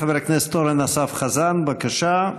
חבר הכנסת אורן אסף חזן, בבקשה.